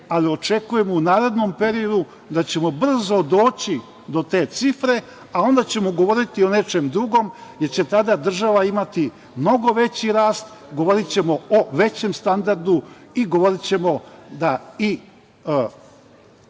ali očekujem u narednom periodu da ćemo brzo doći do te cifre, a onda ćemo govoriti o nečem drugom, jer će tada država imati mnogo veći rast, govorićemo o većem standardu i govorićemo da i